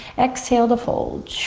exhale to fold.